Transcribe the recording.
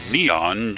Neon